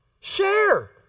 Share